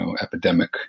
epidemic